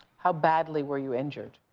how badly were you injured?